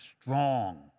strong